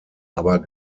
aber